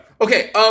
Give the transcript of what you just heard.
Okay